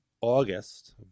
August